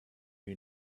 you